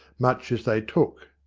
much as they took.